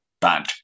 band